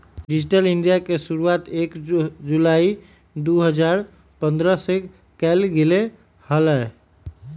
digital India के शुरुआती एक जुलाई दु हजार पन्द्रह के कइल गैले हलय